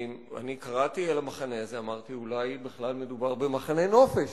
קראתי על המחנה הזה ואמרתי: אולי בכלל מדובר במחנה נופש,